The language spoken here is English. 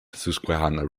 susquehanna